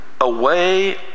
away